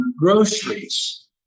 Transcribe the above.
groceries